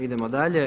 Idemo dalje.